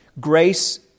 Grace